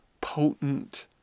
potent